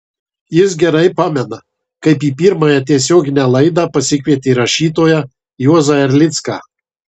jis gerai pamena kaip į pirmąją tiesioginę laidą pasikvietė rašytoją juozą erlicką